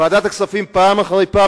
ועדת הכספים יזמה פעם אחר פעם